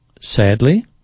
Sadly